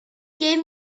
gave